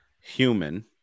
human